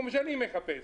כמו שאני מחפש,